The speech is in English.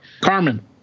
Carmen